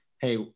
Hey